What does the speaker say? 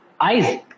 eyes